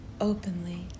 openly